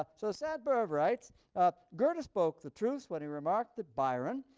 ah so sainte-beuve writes goethe spoke the truth when he remarked that byron,